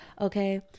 Okay